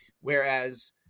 Whereas